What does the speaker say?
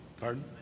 Pardon